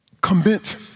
Commit